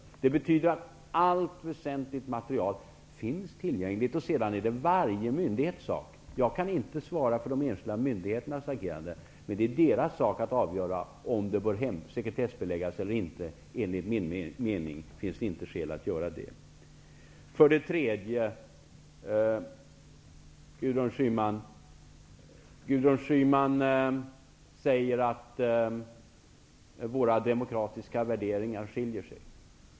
Det betyder att allt väsentligt material finns tillgängligt. Sedan är det varje myndighets sak -- jag kan inte svara för de enskilda myndigheternas agerande -- att avgöra om uppgifter bör sekretessbeläggas eller inte. Enligt min mening finns det inte skäl att göra det. För det tredje: Gudrun Schyman säger att våra demokratiska värderingar skiljer sig åt.